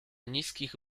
niskich